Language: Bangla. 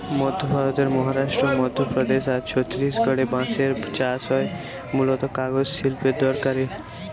মধ্য ভারতের মহারাষ্ট্র, মধ্যপ্রদেশ আর ছত্তিশগড়ে বাঁশের চাষ হয় মূলতঃ কাগজ শিল্পের দরকারে